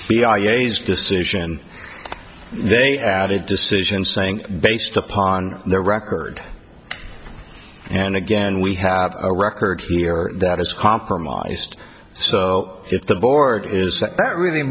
yeas decision they added decision saying based upon their record and again we have a record here that is compromised so if the board is that really